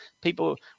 people